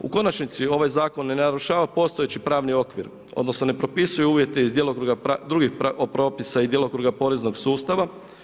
U konačni ovaj zakon ne narušava postojeći pravni okvir, odnosno ne propisuje uvjete iz djelokruga, drugih propisa i djelokruga poreznog sustava.